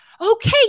Okay